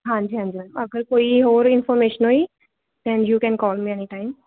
ਹਾਂਜੀ ਹਾਂਜੀ ਹਾਂਜੀ ਅਗਰ ਕੋਈ ਹੋਰ ਇਨਫੋਰਮੇਸ਼ਨ ਹੋਈ then you can call me any time